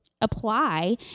apply